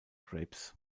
grapes